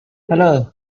hello